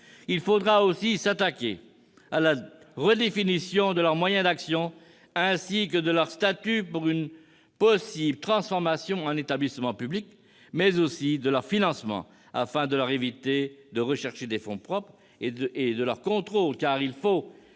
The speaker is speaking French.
Il faudra aussi s'attaquer à la redéfinition de leurs moyens d'action, de leur statut, avec une possible transformation en établissement public, et de leur financement, afin de leur éviter de rechercher des fonds propres. Nous devrons également